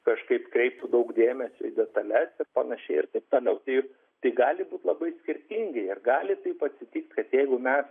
kažkaip kreiptų daug dėmesio į detales ir pan ir taip toliau tai tai gali būt labai skirtingai ir gali taip atsitikt kad jeigu mes